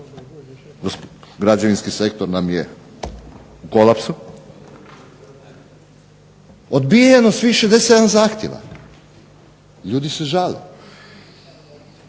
građevinski sektor nam je u kolapsu, odbijeno svih 67 zahtjeva, ljudi se žale.